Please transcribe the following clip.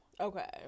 Okay